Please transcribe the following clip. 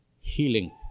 healing